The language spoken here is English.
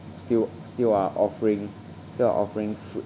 still still are offering still are offering fr~